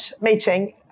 meeting